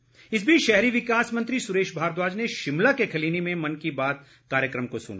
सुरेश भारद्वाज इस बीच शहरी विकास मंत्री सुरेश भारद्वाज ने शिमला के खलीनी में मन की बात कार्यक्रम को सुना